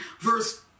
verse